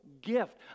gift